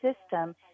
system